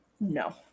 no